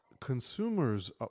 Consumers